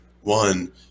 one